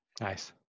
Nice